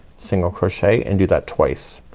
single crochet and do that twice.